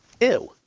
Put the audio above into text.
Ew